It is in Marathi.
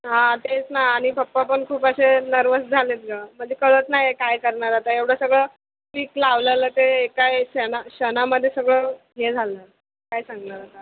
हां तेच ना आणि पप्पा पण खूप असे नर्वस झाले आहेत गं म्हणजे कळत नाही आहे काय करणार आता एवढं सगळं पीक लावलेलं ते एका क्षणा क्षणामध्ये सगळं हे झालं काय सांगणार आता